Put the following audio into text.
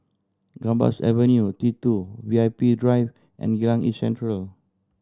Gambas Avenue T Two V I P Drive and Geylang East Central